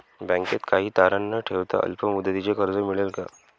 बँकेत काही तारण न ठेवता अल्प मुदतीचे कर्ज मिळेल का?